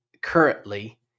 currently